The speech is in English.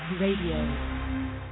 Radio